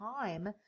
time